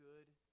good